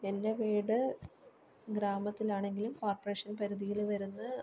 എൻ്റെ വീട് ഗ്രാമത്തിലാണെങ്കിലും കോർപ്പറേഷൻ പരിധിയിൽ വരുന്ന